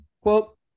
Quote